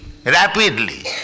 rapidly